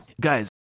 Guys